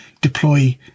deploy